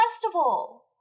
festival